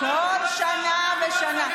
עכשיו את בשלטון,